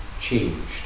changed